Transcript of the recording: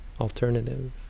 alternative